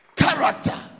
Character